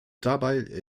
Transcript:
dabei